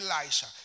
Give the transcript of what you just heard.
Elisha